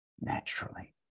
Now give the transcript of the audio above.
naturally